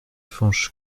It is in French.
fañch